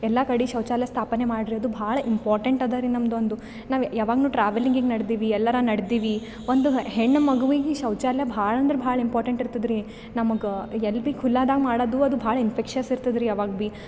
ಎಲ್ಲ ಕಡೆ ಶೌಚಾಲಯ ಸ್ಥಾಪನೆ ಮಾಡ್ರಿ ಅದು ಭಾಳ ಇಂಪಾರ್ಟೆಂಟ್ ಅದ ರೀ ನಮ್ದು ಒಂದು ನಾವು ಯಾವಾಗೂ ಟ್ರಾವೆಲಿಂಗಿಗೆ ನಡ್ದೀವಿ ಎಲ್ಲರ ನಡ್ದೀವಿ ಒಂದು ಹೆಣ್ಣು ಮಗುವಿಗೆ ಶೌಚಾಲಯ ಭಾಳ ಅಂದ್ರೆ ಭಾಳ ಇಂಪಾರ್ಟೆಂಟ್ ಇರ್ತದೆ ರೀ ನಮ್ಗೆ ಎಲ್ಲಿ ಬಿ ಖುಲ್ಲಾದಾಗ ಮಾಡೋದು ಅದು ಭಾಳ ಇನ್ಫೆಕ್ಷನ್ಸ್ ಇರ್ತದೆ ರೀ ಯಾವಾಗ ಬಿ